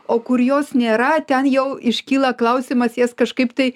o kur jos nėra ten jau iškyla klausimas jas kažkaip tai